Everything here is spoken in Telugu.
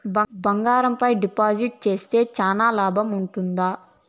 బంగారం పైన డిపాజిట్లు సేస్తే చానా లాభం ఉంటుందా?